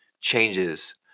changes